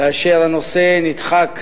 כאשר הנושא נדחק